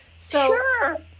Sure